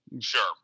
sure